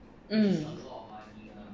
mm